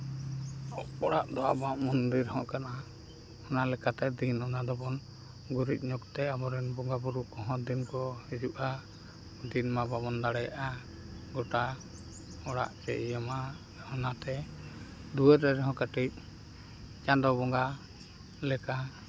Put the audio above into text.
ᱚᱲᱟᱜ ᱫᱚ ᱟᱵᱚᱣᱟᱜ ᱢᱚᱱᱫᱤᱨ ᱦᱚᱸ ᱠᱟᱱᱟ ᱚᱱᱟ ᱞᱮᱠᱟᱛᱮ ᱫᱤᱱ ᱚᱱᱟ ᱫᱚᱵᱚᱱ ᱜᱩᱨᱤᱡ ᱧᱚᱜᱼᱛᱮ ᱟᱵᱚᱨᱮᱱ ᱵᱚᱸᱜᱟᱼᱵᱩᱨᱩ ᱠᱚᱦᱚᱸ ᱫᱤᱱ ᱠᱚ ᱦᱤᱡᱩᱜᱼᱟ ᱩᱱᱫᱤᱱ ᱢᱟ ᱵᱟᱵᱚᱱ ᱫᱟᱲᱮᱭᱟᱜᱼᱟ ᱜᱳᱴᱟ ᱚᱲᱟᱜ ᱛᱮ ᱚᱱᱟᱛᱮ ᱫᱩᱣᱟᱹᱨ ᱨᱮᱦᱚᱸ ᱠᱟᱹᱴᱤᱡ ᱪᱟᱸᱫᱳ ᱵᱚᱸᱜᱟ ᱞᱮᱠᱟ